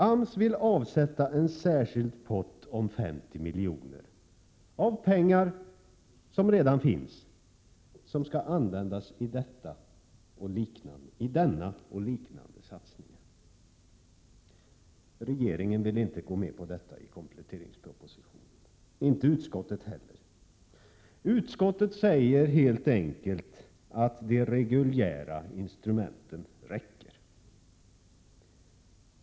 AMS vill avsätta en särskild pott om 50 milj.kr., av pengar som redan finns, som skall användas i denna och liknande satsningar. Regeringen vill inte gå med på detta i kompletteringspropositionen, inte utskottet heller. Utskottet säger helt enkelt att de reguljära instrumenten räcker.